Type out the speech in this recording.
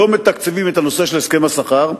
לא מתקצבים את הסכם השכר,